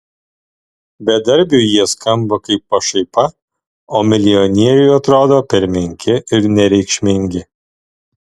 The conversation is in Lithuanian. bedarbiui jie skamba kaip pašaipa o milijonieriui atrodo per menki ir nereikšmingi